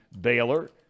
Baylor